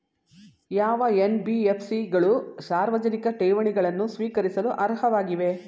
ಯಾವ ಎನ್.ಬಿ.ಎಫ್.ಸಿ ಗಳು ಸಾರ್ವಜನಿಕ ಠೇವಣಿಗಳನ್ನು ಸ್ವೀಕರಿಸಲು ಅರ್ಹವಾಗಿವೆ?